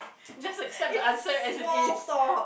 just accept the answer as it is